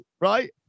right